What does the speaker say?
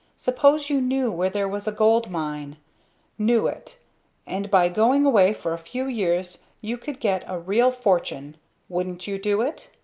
suppose you knew where there was a gold mine knew it and by going away for a few years you could get a real fortune wouldn't you do it?